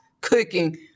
cooking